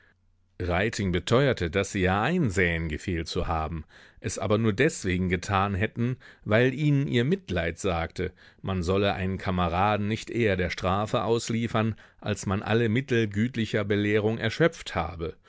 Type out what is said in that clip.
beteuerte daß sie ja einsähen gefehlt zu haben es aber nur deswegen getan hätten weil ihnen ihr mitleid sagte man solle einen kameraden nicht eher der strafe ausliefern als man alle mittel gütlicher belehrung erschöpft habe